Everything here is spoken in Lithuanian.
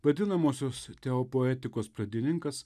vadinamosios teopoetikos pradininkas